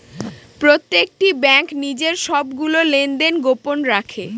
প্রত্যেকটি ব্যাঙ্ক নিজের সবগুলো লেনদেন গোপন রাখে